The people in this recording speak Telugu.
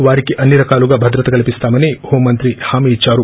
వారికి అన్ని రకాలుగా భద్రత కల్సిస్తామని హోం మంత్రి హామీ ఇచ్చారు